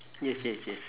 yes yes yes